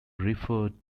referred